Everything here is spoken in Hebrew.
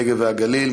הנגב והגליל,